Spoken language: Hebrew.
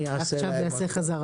הוא יעשה להם עכשיו.